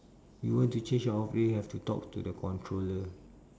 you want to change your off day you have to talk to the controller